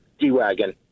G-Wagon